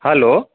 hello